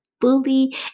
fully